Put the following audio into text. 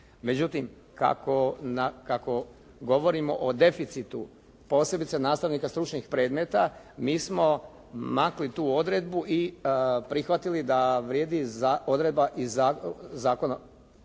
Međutim, kako govorimo o deficitu posebice nastavnika stručnih predmeta, mi smo makli tu odredbu i prihvatili da vrijedi odredba iz